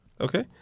Okay